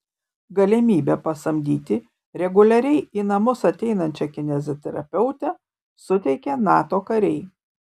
galimybę pasamdyti reguliariai į namus ateinančią kineziterapeutę suteikė nato kariai